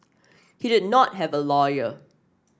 he did not have a lawyer